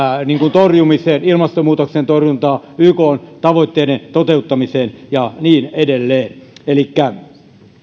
torjumiseen ilmastonmuutoksen torjuntaan ykn tavoitteiden toteuttamiseen ja niin edelleen